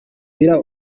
villa